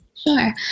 Sure